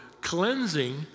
cleansing